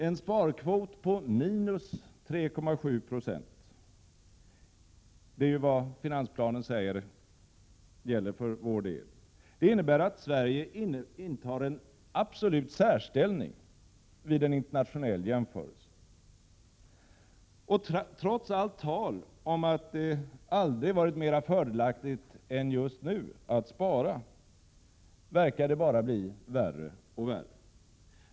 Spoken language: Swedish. En sparkvot på minus 3,7 9o— det är vad finansplanen säger gäller för vår del — innebär att Sverige intar en särställning vid en internationell jämförelse. Trots allt tal om att det aldrig varit mera fördelaktigt än nu att spara, verkar det bara bli värre och värre.